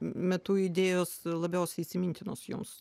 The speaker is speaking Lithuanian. metu idėjos labiausiai įsimintinos jums